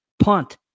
punt